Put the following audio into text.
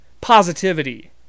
positivity